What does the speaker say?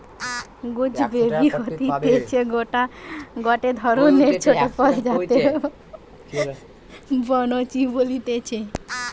gooseberry হতিছে গটে ধরণের ছোট ফল যাকে বৈনচি বলতিছে